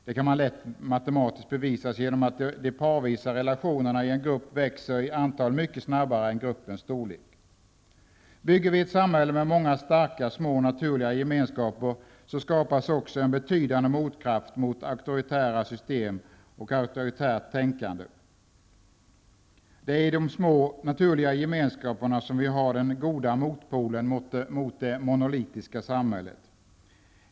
Det kan lätt bevisas matematiskt, genom att de parvisa relationerna i en grupp växer i antal mycket snabbare än gruppens storlek. Bygger vi ett samhälle med många starka, små naturliga gemenskaper så skapas också en betydande motkraft mot auktoritära system och ett auktoritärt tänkande. Det är i de små naturliga gemenskaperna som vi har den goda motpolen mot det monolitiska samhället.